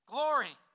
Glory